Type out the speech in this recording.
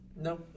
No